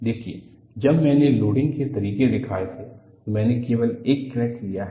देखिए जब मैंने लोडिंग के तरीके दिखाए थे तो मैंने केवल एक क्रैक लिया है